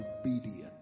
obedient